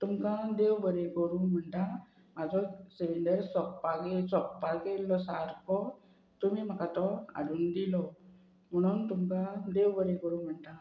तुमकां देव बरें करूं म्हणटा म्हाजो सिलींडर सोप्पाक ये सोपाक गेल्लो सारको तुमी म्हाका तो हाडून दिलो म्हणून तुमकां देव बरें करूं म्हणटा